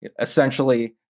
essentially